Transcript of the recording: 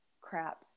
Crap